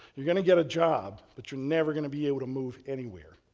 you're going to get a job but you're never going to be able to move anywhere.